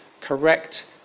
correct